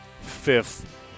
fifth